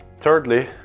Thirdly